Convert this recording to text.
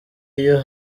iyo